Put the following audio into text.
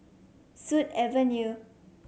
Sut Avenue